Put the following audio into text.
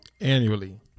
Annually